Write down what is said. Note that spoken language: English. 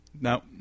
No